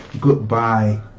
goodbye